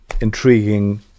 intriguing